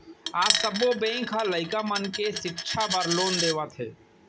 आज सब्बो बेंक ह लइका मन के सिक्छा बर लोन देवत हे